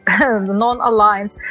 non-aligned